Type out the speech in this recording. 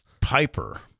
Piper